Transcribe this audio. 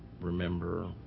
remember